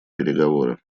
переговоры